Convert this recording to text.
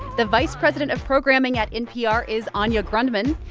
the vice president of programming at npr is anya grundmann.